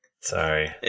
Sorry